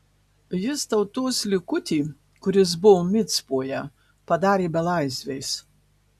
jis tautos likutį kuris buvo micpoje padarė belaisviais